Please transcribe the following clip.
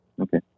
Okay